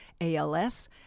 ALS